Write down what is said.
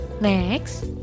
Next